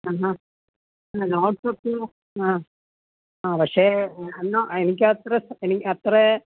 ആഹാ നോട്ട്സൊക്കെയോ ആ ആ പക്ഷെ എന്നാ എനിക്ക് അത്ര എനിക്ക് അത്ര